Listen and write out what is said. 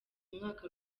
umwaka